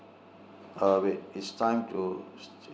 uh wait it's time to